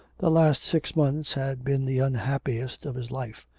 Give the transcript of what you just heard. the last six months had been the unhappiest of his life.